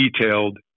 detailed